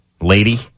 lady